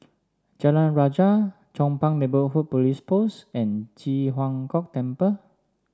Jalan Rajah Chong Pang Neighbourhood Police Post and Ji Huang Kok Temple